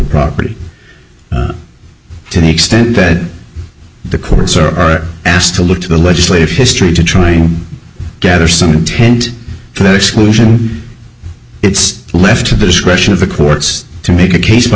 property to the extent that the courts are asked to look to the legislative history to try and gather some intent for that exclusion it's left to the discretion of the courts to make a case by